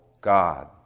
God